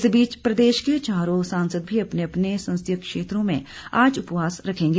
इस बीच प्रदेश के चारों सांसद भी अपने अपने संसदीय क्षेत्रों में आज उपवास रखेंगे